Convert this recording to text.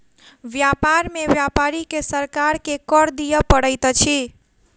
व्यापार में व्यापारी के सरकार के कर दिअ पड़ैत अछि